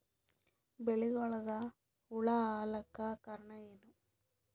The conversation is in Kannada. ಬೆಳಿಗೊಳಿಗ ಹುಳ ಆಲಕ್ಕ ಕಾರಣಯೇನು?